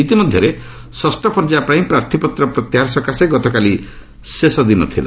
ଇତିମଧ୍ୟରେ ଷଷ୍ଠ ପର୍ଯ୍ୟାୟ ପାଇଁ ପ୍ରାର୍ଥୀପତ୍ର ପ୍ରତ୍ୟାହାର ସକାଶେ ଗତକାଲି ଶେଷ ଦିନ ଥିଲା